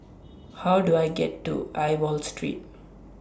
How Do I get to Aliwal Street